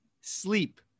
Sleep